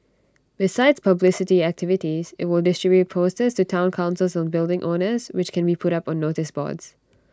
besides publicity activities IT will distribute posters to Town councils and building owners which can be put up on noticeboards